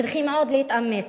צריכים מאוד להתאמץ.